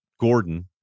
gordon